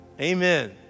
Amen